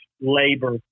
labor